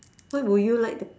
what would you like to